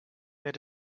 that